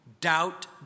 Doubt